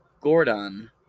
Gordon